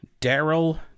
Daryl